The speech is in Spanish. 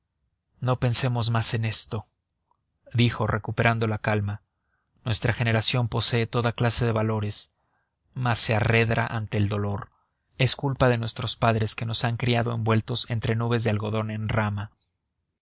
no pensemos más en esto dijo recuperando la calma nuestra generación posee toda clase de valores mas se arredra ante el dolor es culpa de nuestros padres que nos han criado envueltos entre nubes de algodón en rama